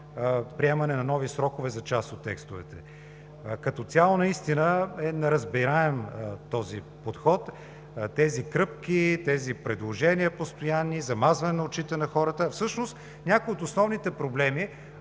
приемане на нови срокове за част от текстовете? Като цяло наистина е неразбираем този подход, тези кръпки, тези постоянни предложения, замазване на очите на хората, а всъщност някои от основните проблеми